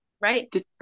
right